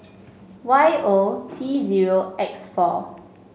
Y O T zero X four